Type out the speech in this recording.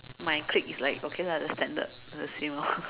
my clique is like okay lah the standard the same lor